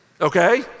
okay